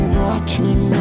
watching